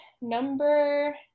number